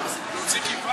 להוציא כיפה?